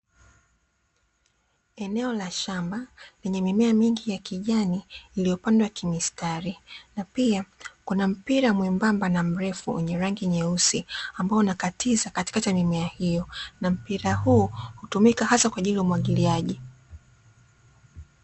Eneo la shamba lenye mimea mingi ya kijani iliyopandwa kimistari. Na pia kuna mpira mwembamba na mrefu wenye rangi nyeusi ambao unakatiza katikati ya mimea hiyo, na mpira huu hutumika hasa kwa ajili ya umwagiliaji.